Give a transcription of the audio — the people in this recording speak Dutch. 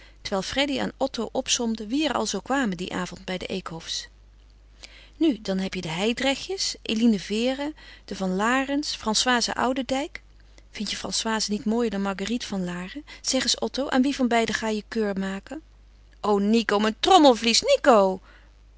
terwijl freddy aan otto opsomde wie er alzoo kwamen dien avond bij de eekhofs nu dan heb je de hijdrechtjes eline vere de van larens françoise oudendijk vindt je françoise niet mooier dan marguerite van laren zeg eens otto aan wie van beiden ga je je cour maken o nico mijn trommelvlies nico